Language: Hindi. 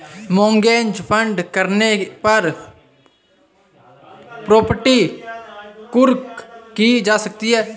मॉर्गेज फ्रॉड करने पर प्रॉपर्टी कुर्क की जा सकती है